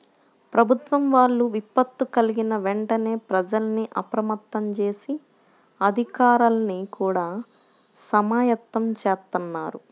ప్రభుత్వం వాళ్ళు విపత్తు కల్గిన వెంటనే ప్రజల్ని అప్రమత్తం జేసి, అధికార్లని గూడా సమాయత్తం జేత్తన్నారు